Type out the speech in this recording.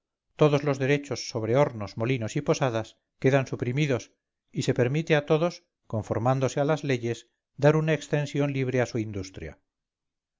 todos los derechos sobre hornos molinos y posadas quedan suprimidos y se permite a todos conformándose a las leyes dar una extensión libre a su industria